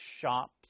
shops